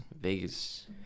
Vegas